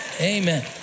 amen